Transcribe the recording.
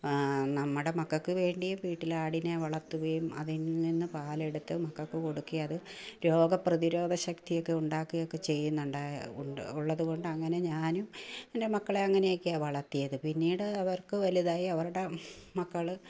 നമ്മുടെ മക്കൾക്ക് വേണ്ടിയും വീട്ടിൽ ആടിനെ വളർത്തുകയും അതിൽനിന്ന് പാലെടുത്ത് മക്കൾക്കു കൊടുക്കുകയും അതു രോഗപ്രതിരോധശക്തി ഒക്കെ ഉണ്ടാക്കുകയൊക്കെ ചെയ്യുന്നുണ്ട് ഉണ്ട് ഉള്ളതുകൊണ്ട് അങ്ങനെ ഞാനും എൻ്റെ മക്കളെയൊക്കെ അങ്ങനെയാണ് വളർത്തിയത് പിന്നീട് അവർക്ക് വലുതായി അവരുടെ മക്കൾ